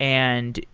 and